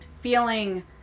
feeling